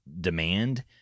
demand